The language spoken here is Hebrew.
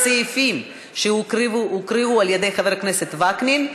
הסעיפים שהוקראו על-ידי חבר הכנסת וקנין,